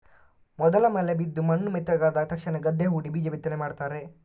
ಮೊದಲ ಮಳೆ ಬಿದ್ದು ಮಣ್ಣು ಮೆತ್ತಗಾದ ತಕ್ಷಣ ಗದ್ದೆ ಹೂಡಿ ಬೀಜ ಬಿತ್ತನೆ ಮಾಡ್ತಾರೆ